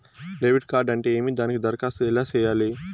debit card అంటే ఏమి దానికి దరఖాస్తు ఎలా సేయాలి